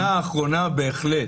אחרונה, אחרונה בהחלט.